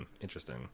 Interesting